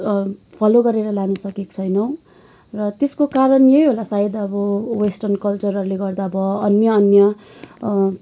follow गरेर लानसकेको छैनौँ र त्यसको कारण यही होला सायद अब वेस्टर्न कल्चरहरूले गर्दा भयो अन्य अन्य